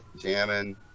jamming